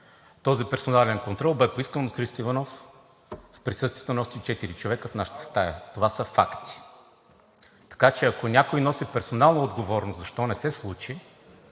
Този персонален контрол бе поискан от Христо Иванов в присъствието на още четири човека в нашата стая. Това са факти. Така че ако някой носи персонална отговорност защо не се случи,